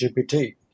GPT